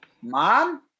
mom